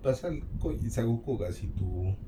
pasal kau selalu lupa kat situ